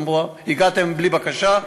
אמרו: הגעתם בלי בקשה,